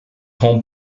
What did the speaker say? home